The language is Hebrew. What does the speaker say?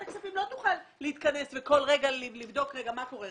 הכספים לא תוכל להתכנס בכל רגע לבדוק מה קורה.